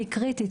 והיא קריטית.